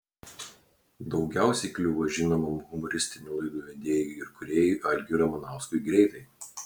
daugiausiai kliuvo žinomam humoristinių laidų vedėjui ir kūrėjui algiui ramanauskui greitai